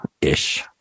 ish